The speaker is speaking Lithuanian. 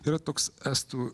yra toks estų